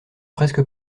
presque